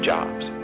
Jobs